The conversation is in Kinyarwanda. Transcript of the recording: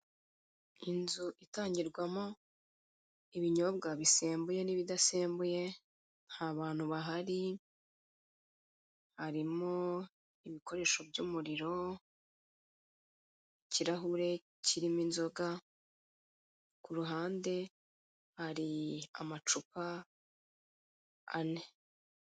Inzu itangirwamo ibinyobwa bisembuye n'ibidasembuye ntabantu bahari, harimo ibikoresho by'umuriro, ikirahure kirimo inzoga, ku ruhande hari amacupa ane.